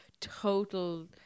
total